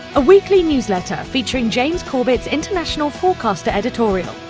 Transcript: a weekly newsletter featuring james corbett's international forecaster editorial,